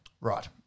Right